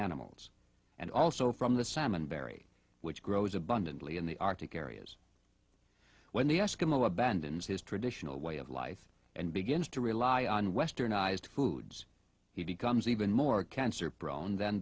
animals and also from the salmon berry which grows abundantly in the arctic areas when the eskimo abandons his traditional way of life and begins to rely on westernized foods he becomes even more